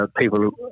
people